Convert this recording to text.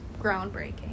groundbreaking